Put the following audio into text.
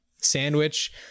sandwich